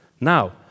Now